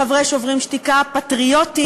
חברי "שוברים שתיקה" הם פטריוטים,